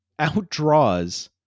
outdraws